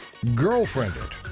Girlfriended